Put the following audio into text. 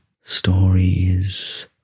stories